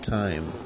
time